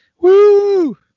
Woo